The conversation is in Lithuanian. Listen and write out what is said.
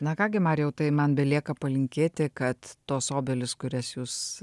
na ką gi marijau tai man belieka palinkėti kad tos obelys kurias jūs